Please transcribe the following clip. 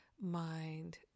mind